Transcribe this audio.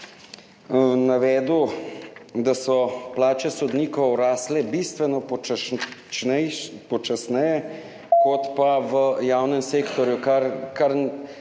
navedel, da so plače sodnikov rasle bistveno počasneje kot pa v javnem sektorju, kar